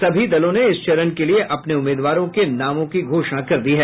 सभी दलों ने इस चरण के लिए अपने उम्मीदवारों के नामों की घोषणा कर दी है